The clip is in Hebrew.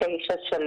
ראשון